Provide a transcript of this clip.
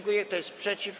Kto jest przeciw?